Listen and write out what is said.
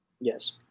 Yes